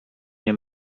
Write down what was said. nie